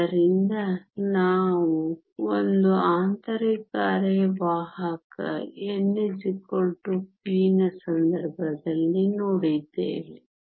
ಆದ್ದರಿಂದ ನಾವು ಒಂದು ಆಂತರಿಕ ಅರೆವಾಹಕ n p ನ ಸಂದರ್ಭದಲ್ಲಿ ನೋಡಿದ್ದೇವೆ